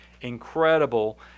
incredible